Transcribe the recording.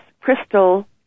crystal